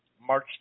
March